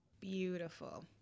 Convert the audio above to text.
Beautiful